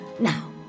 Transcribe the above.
Now